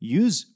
use